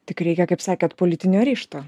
tik reikia kaip sakėt politinio ryžto